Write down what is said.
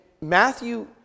Matthew